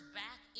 back